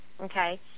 okay